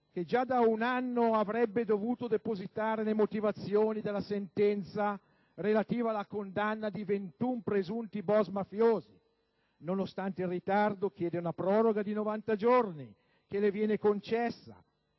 che già da un anno avrebbe dovuto depositare le motivazioni della sentenza relativa alla condanna di 21 presunti boss mafiosi. Nonostante il ritardo, chiede una proroga di 90 giorni che le viene concessa;